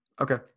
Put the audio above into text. Okay